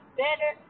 better